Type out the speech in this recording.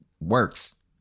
works